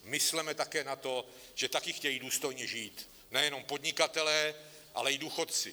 Mysleme také na to, že také chtějí důstojně žít, ne jen podnikatelé, ale i důchodci.